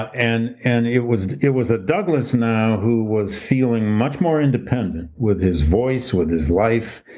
and and it was it was a douglass now who was feeling much more independent with his voice, with his life.